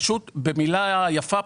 פשוט במילה יפה,